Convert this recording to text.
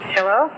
Hello